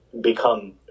become